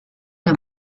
der